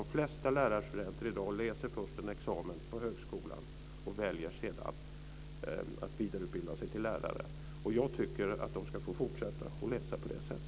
De flesta lärarstudenterna i dag läser först in en examen på högskolan och väljer sedan att vidareutbilda sig till lärare. Jag tycker att de ska få fortsätta att läsa på det sättet.